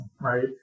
right